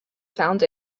found